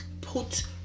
put